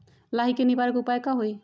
लाही के निवारक उपाय का होई?